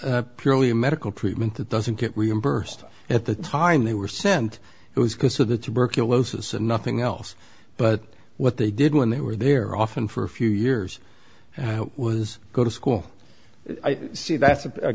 purely a medical treatment that doesn't get reimbursed at the time they were sent it was because of the tuberculosis and nothing else but what they did when they were there often for a few years was go to school see that's a